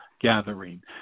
gathering